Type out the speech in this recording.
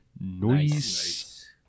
noise